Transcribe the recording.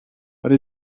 what